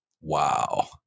Wow